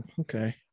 okay